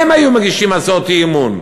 הם היו מגישים הצעות אי-אמון.